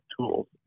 tools